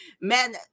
man